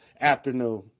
afternoon